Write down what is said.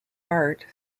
art